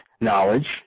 knowledge